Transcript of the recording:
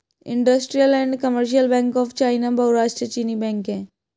industrial and commercial bank of China बहुराष्ट्रीय चीनी bank है